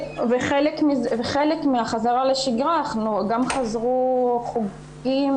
חלק מהחזרה לשגרה גם חזרו חוגים,